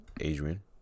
adrian